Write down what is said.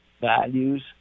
values